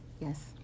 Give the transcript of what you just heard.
Yes